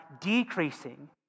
decreasing